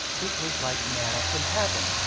it was like manna from heaven.